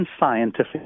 unscientific